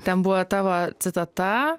ten buvo tavo citata